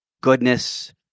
goodness